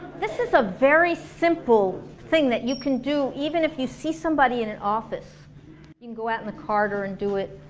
this is a very simple thing that you can do even if you see somebody in an office you can go out in the corridor and do it,